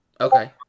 Okay